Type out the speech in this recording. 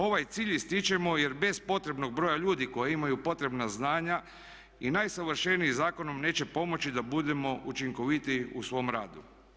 Ovaj cilj ističemo jer bez potrebnog broja ljudi koji imaju potrebna znanja i najsavršeniji zakon nam neće pomoći da budemo učinkovitiji u svom radu.